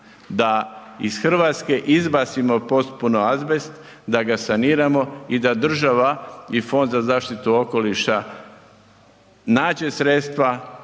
da iz Hrvatske izbacimo potpuno azbest, da ga saniramo i da država i Fond za zaštitu okoliša nađe sredstva